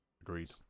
Agreed